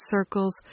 circles